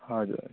हजुर